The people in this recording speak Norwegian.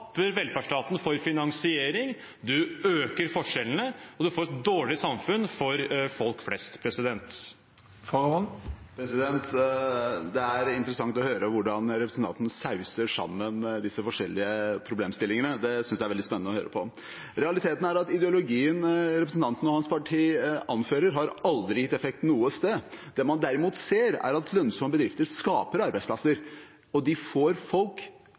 velferdsstaten for finansiering, man øker forskjellene, og man får et dårligere samfunn for folk flest. Det er interessant å høre hvordan representanten sauser sammen disse forskjellige problemstillingene. Det syns jeg er veldig spennende å høre på. Realiteten er at ideologien representanten og hans parti anfører, aldri har gitt effekt noe sted. Det man derimot ser, er at lønnsomme bedrifter skaper arbeidsplasser, og de får folk